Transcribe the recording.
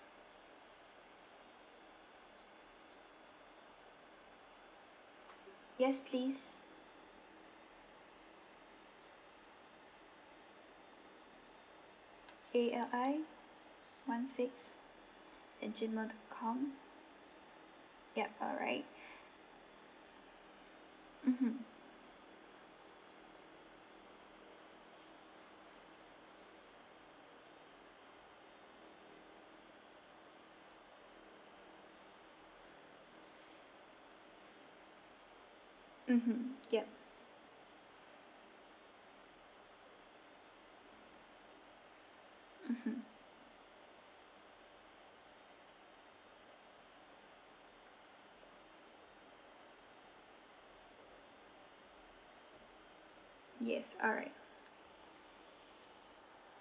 yes please A L I one six at gmail dot com yup alright mmhmm mmhmm yup mmhmm yes alright